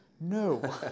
No